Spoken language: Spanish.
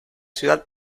ciudad